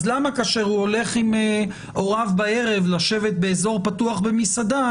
אז למה כאשר הוא הולך עם הוריו בערב לשבת באזור פתוח במסעדה,